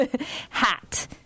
Hat